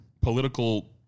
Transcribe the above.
political